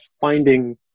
finding